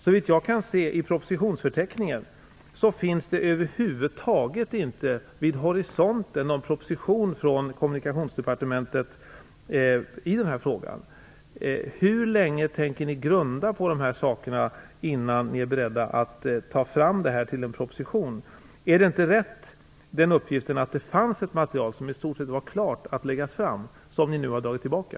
Såvitt jag kan se i propositionsförteckningen finns det över huvud taget inte vid horisonten någon proposition från Kommunikationsdepartementet i den här frågan. Hur länge tänker ni grunna på de här sakerna innan ni är beredda att utarbeta en proposition? Är det inte riktigt att det fanns ett material som i stort sett var klart att läggas fram men som ni nu har dragit tillbaka?